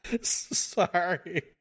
Sorry